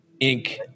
Inc